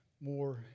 more